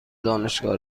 دانشگاه